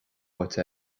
duit